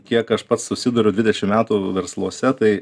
kiek aš pats susiduriu dvidešim metų versluose tai